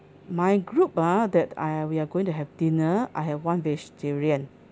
my group ah that I we're going to have dinner I have one vegetarian